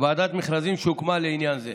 ועדת מכרזים שהוקמה לעניין זה.